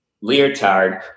leotard